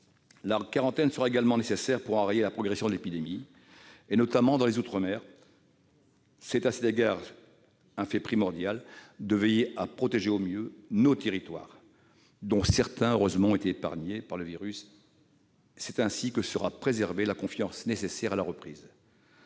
La quarantaine sera également nécessaire pour enrayer la progression de l'épidémie, notamment dans les outre-mer. L'enjeu à cet égard primordial est de veiller à protéger au mieux nos territoires, dont certains ont heureusement été épargnés par le virus. C'est ainsi que sera préservée la confiance nécessaire à la reprise.